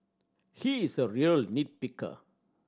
he is a real nit picker